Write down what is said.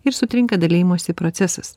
ir sutrinka dalijimosi procesas